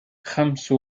خمس